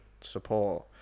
support